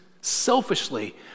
selfishly